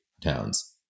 towns